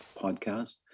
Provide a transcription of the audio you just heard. podcast